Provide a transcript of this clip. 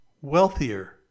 wealthier